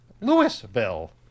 Louisville